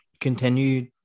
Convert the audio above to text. continue